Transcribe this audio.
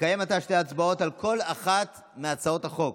נקיים שתי הצבעות על כל אחת מהצעות החוק.